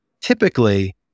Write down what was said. Typically